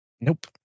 Nope